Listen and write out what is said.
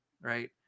right